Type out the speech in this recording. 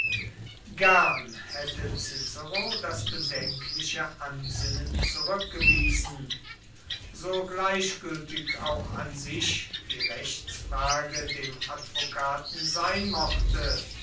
gern hätte cicero das bedenkliche ansinnen zurückgewiesen so gleichgültig auch an sich die rechtsfrage dem advokaten sein mochte